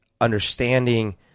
understanding